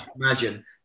Imagine